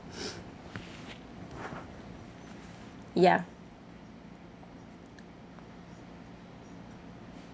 ya